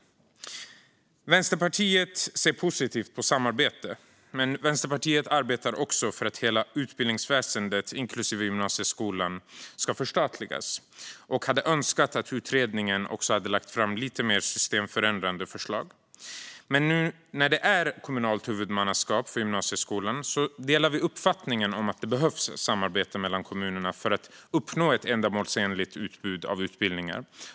Vänsterpartiet ser positivt på samarbete, men vi arbetar också för att hela utbildningsväsendet inklusive gymnasieskolan ska förstatligas och hade önskat att utredningen hade lagt fram lite mer systemförändrande förslag. Men när det nu är kommunalt huvudmannaskap för gymnasieskolan delar vi uppfattningen att det behövs ett samarbete mellan kommunerna för att uppnå ett ändamålsenligt utbud av utbildningar.